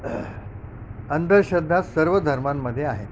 अंधश्रद्धा सर्व धर्मांमदे आहेत